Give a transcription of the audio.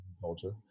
culture